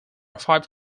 five